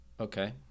Okay